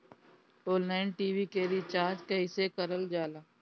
Online TV के recharge कईसे करल जाला?